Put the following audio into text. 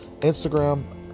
Instagram